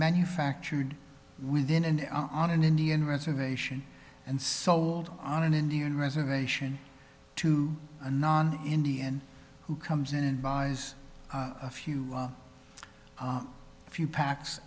manufactured within and on an indian reservation and sold on an indian reservation to a non indian who comes in and buys a few few packs